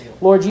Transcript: Lord